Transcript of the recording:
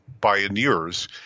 pioneers